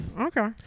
okay